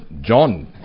John